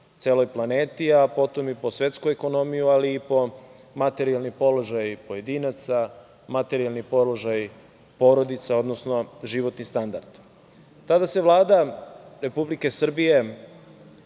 celoj planeti, a potom i po svetsku ekonomiju, ali i po materijalni položaj pojedinaca, materijalni položaj porodica, odnosno životni standard. Tada se Vlada Republike Srbije